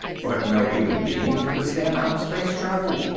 but no human being can withstand outspace travel.